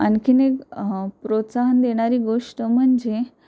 आणखीन एक प्रोत्साहन देणारी गोष्ट म्हणजे